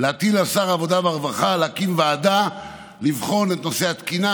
להטיל על שר העבודה והרווחה להקים ועדה לבחון את נושא התקינה,